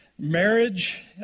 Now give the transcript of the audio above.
marriage